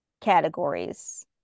categories